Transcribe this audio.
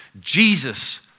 Jesus